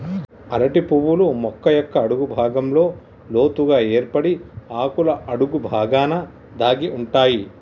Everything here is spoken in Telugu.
అరటి పువ్వులు మొక్క యొక్క అడుగు భాగంలో లోతుగ ఏర్పడి ఆకుల అడుగు బాగాన దాగి ఉంటాయి